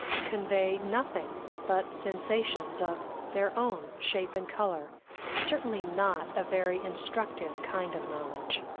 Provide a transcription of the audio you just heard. convey nothing but sensations of their own shape and color certainly not a very instructive kind of knowledge.